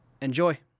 Enjoy